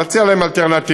להציע להם אלטרנטיבה,